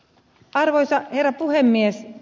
arvoisa herra puhemies